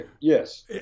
yes